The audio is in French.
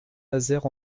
nazaire